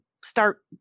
start